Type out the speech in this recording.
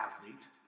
athlete